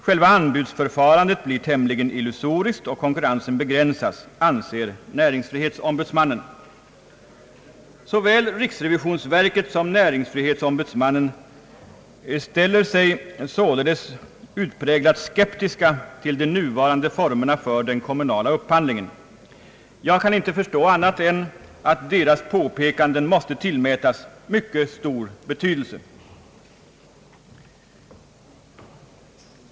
Själva anbudsförfarandet blir tämligen illusoriskt och konkurrensen begränsas, anser näringsfrihetsombudsmannen. Såväl riksrevisionsverket som näringsfrihetsombudsmannen ställer sig således utpräglat skeptiska till de nuvarande formerna för den kommunala upphandlingen. Jag kan inte förstå annat än att deras påpekanden måste tillmätas mycket stor betydelse.